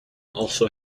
also